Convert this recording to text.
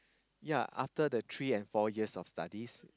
yea after the three and four years of studies